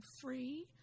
free